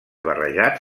barrejat